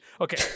okay